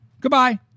Goodbye